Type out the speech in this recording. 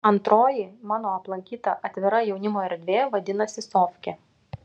antroji mano aplankyta atvira jaunimo erdvė vadinasi sofkė